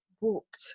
walked